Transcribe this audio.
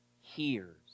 hears